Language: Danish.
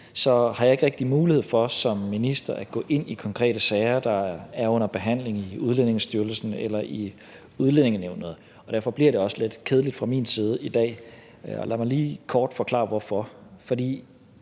har jeg ikke rigtig mulighed for som minister at gå ind i konkrete sager, der er under behandling i Udlændingestyrelsen eller i Udlændingenævnet. Derfor bliver det også lidt kedeligt fra min side i dag, og lad mig lige kort forklare hvorfor: